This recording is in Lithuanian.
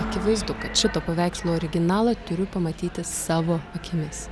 akivaizdu kad šito paveikslo originalą turiu pamatyti savo akimis